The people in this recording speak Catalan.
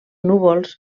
núvols